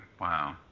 Wow